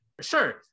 sure